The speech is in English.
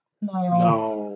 No